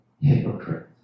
hypocrite